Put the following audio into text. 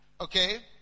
Okay